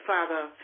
Father